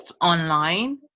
online